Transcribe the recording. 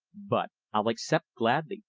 but i'll accept, gladly.